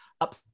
up